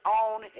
own